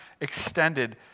extended